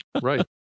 Right